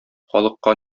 халыкка